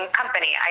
company